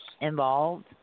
involved